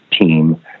team